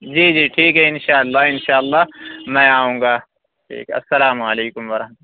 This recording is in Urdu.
جی جی ٹھیک ہے اِنشاء اللہ اِنشاء اللہ میں آؤں گا ٹھیک السّلام علیکم و رحمت